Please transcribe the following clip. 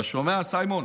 אתה שומע, סיימון?